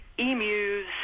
emus